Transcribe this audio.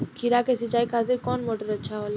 खीरा के सिचाई खातिर कौन मोटर अच्छा होला?